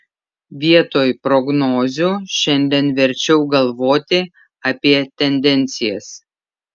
vietoj prognozių šiandien verčiau galvoti apie tendencijas